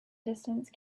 distance